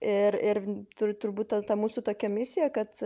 ir ir tur turbūt ta mūsų tokia misija kad